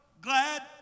glad